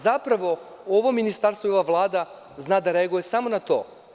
Zapravo, ovo ministarstvo i ova Vlada zna da reaguje samo na to.